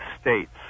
states